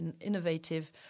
innovative